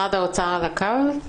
משרד האוצר על הקו.